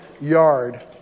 yard